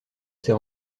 ces